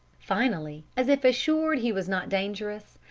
finally, as if assured he was not dangerous,